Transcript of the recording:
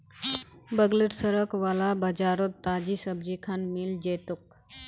बगलेर सड़क वाला बाजारोत ताजी सब्जिखान मिल जै तोक